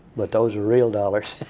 but those were real dollars.